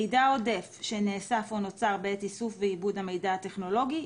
מידע עודף שנאסף או נוצר בעת איסוף ועיבוד המידע הטכנולוגי,